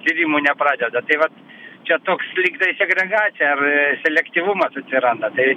tyrimų nepradeda tai vat čia toks lygtai segregacija ar selektyvumas atsiranda tai